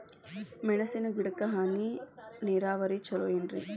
ಮೆಣಸಿನ ಗಿಡಕ್ಕ ಹನಿ ನೇರಾವರಿ ಛಲೋ ಏನ್ರಿ?